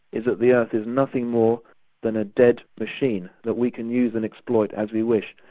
is that the earth is nothing more than a dead machine that we can use and exploit as we wish.